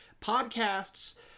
podcasts